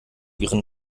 ihren